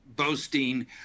boasting